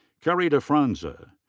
kerri defranza.